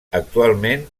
actualment